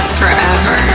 forever